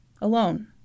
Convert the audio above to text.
alone